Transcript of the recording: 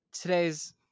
today's